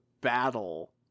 battle